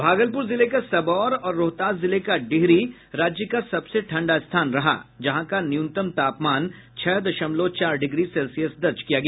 भागलपुर जिले का सबौर और रोहतास जिले का डेहरी राज्य का सबसे ठंडा स्थान रहा जहां का न्यूनतम तापमान छह दशमलव चार डिग्री सेल्सियस दर्ज किया गया